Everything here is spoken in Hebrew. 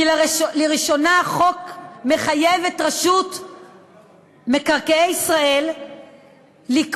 כי לראשונה החוק מחייב את רשות מקרקעי ישראל לקבוע